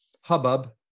hubbub